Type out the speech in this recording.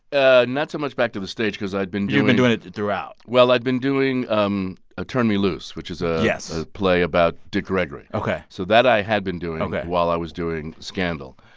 ah not so much back to the stage because i'd been. you'd been doing it throughout well, i'd been doing um ah turn me loose, which is a. yes. a play about dick gregory ok so that i had been doing. ok. while i was doing scandal.